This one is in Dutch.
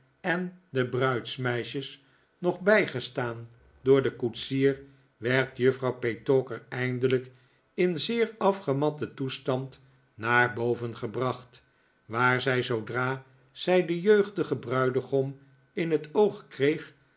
en de bruidsmeisjes nog bijgestaan door den koetsier werd juffrouw petowker eindelijk in zeer afgematten toestand naar boven gebracht waar zij zoodra zij den jeugdigen bruidegom in het oog kreeg